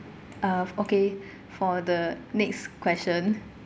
uh okay for the next question